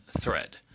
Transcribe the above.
thread